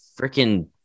freaking